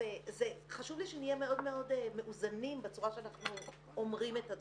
חשוב לי שנהיה מאוד מאוזנים בצורה שאנחנו אומרים את הדברים.